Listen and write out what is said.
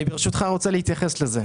אני ברשותך רוצה להתייחס לזה.